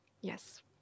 Yes